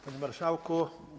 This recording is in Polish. Panie Marszałku!